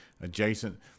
adjacent